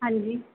ਹਾਂਜੀ